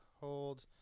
hold